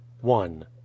one